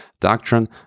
doctrine